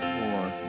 more